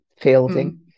fielding